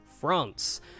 France